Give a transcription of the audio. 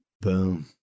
boom